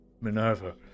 Minerva